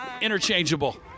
interchangeable